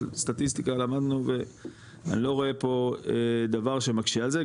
סטטיסטיקה למדנו ואני לא רואה פה דבר שמקשה על זה,